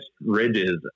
ridges